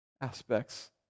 aspects